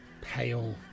pale